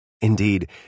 Indeed